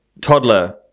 toddler